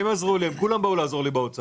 הם כולם באוצר באו לעזור לי.